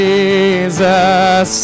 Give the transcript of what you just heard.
Jesus